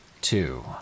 Two